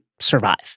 survive